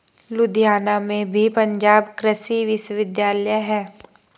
लुधियाना में भी पंजाब कृषि विश्वविद्यालय है